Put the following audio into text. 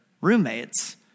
roommates